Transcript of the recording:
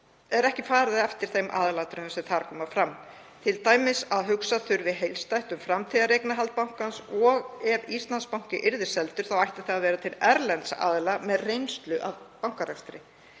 er ekki farið eftir þeim aðalatriðum sem þar koma fram, t.d. að hugsa þurfi heildstætt um framtíðareignarhald bankans og ef Íslandsbanki yrði seldur þá ætti það að vera til erlends aðila með reynslu af bankarekstri.